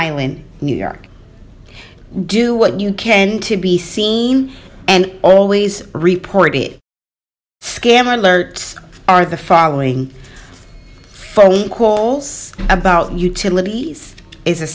island new york do what you can to be seen and always reported scam alerts are the following phone calls about utilities is a